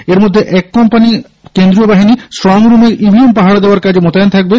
এরমধ্যে এক কোম্পানী কেন্দ্রীয় বাহিনী স্ট্রং রুমে ইভিএম পাহারা দেওয়ার কাজে মোতায়েন থাকবে